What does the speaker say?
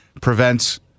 prevents